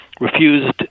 refused